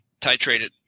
titrated